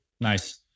Nice